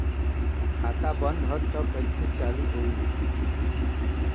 खाता बंद ह तब कईसे चालू होई?